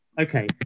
Okay